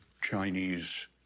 Chinese